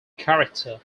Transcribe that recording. character